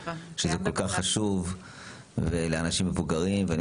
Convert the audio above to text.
זה כל כך חשוב לאנשים מבוגרים ולילדים.